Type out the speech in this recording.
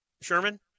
Sherman